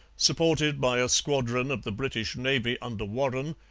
supported by a squadron of the british navy under warren,